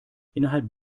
innerhalb